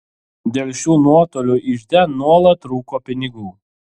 dėl šių nuotolių ižde nuolat trūko pinigų